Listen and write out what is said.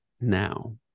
now